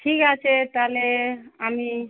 ঠিক আছে তাহলে আমি